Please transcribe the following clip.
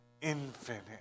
infinite